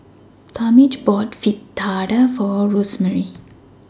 Talmage bought Fritada For Rosemary